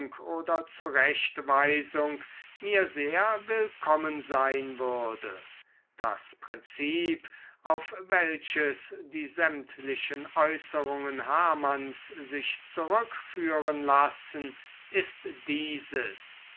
oder zurechtweisung mir sehr willkommen sein würde das prinzip auf welches die sämtlichen äußerungen hamanns sich zurückführen lassen ist dieses